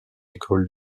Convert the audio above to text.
école